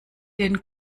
den